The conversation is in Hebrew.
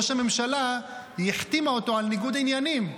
היא החתימה את ראש הממשלה על ניגוד עניינים.